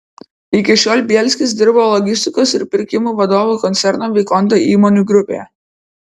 iki šiol bielskis dirbo logistikos ir pirkimų vadovu koncerno vikonda įmonių grupėje